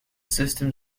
system